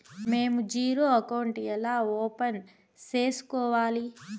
మేము zero account ఎలా open సేసుకోవాలి